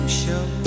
show